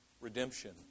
Redemption